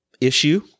issue –